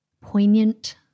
poignant